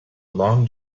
long